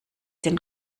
den